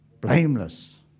Blameless